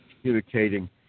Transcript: communicating